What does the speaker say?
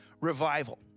revival